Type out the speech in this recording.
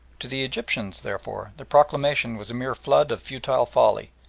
to the egyptians, therefore, the proclamation was a mere flood of futile folly,